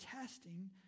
testing